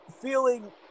feeling